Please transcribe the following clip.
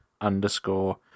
underscore